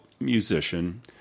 Musician